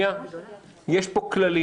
יש פה כללים.